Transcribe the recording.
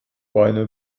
beine